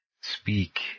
speak